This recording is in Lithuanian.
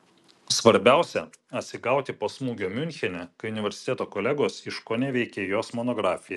svarbiausia atsigauti po smūgio miunchene kai universiteto kolegos iškoneveikė jos monografiją